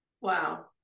Wow